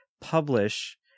publish